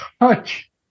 touch